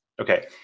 Okay